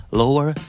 lower